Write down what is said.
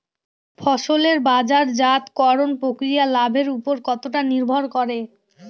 ফসলের বাজারজাত করণ প্রক্রিয়া লাভের উপর কতটা নির্ভর করে?